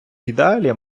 ідеалі